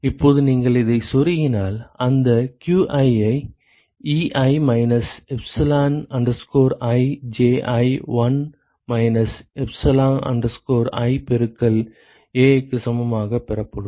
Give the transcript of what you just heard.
இப்போது நீங்கள் இதை செருகினால் அந்த qi ஐ Ei minus epsilon i Ji 1 minus epsilon i பெருக்கல் Ai க்கு சமமாக பெறப்படும்